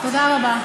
תודה רבה.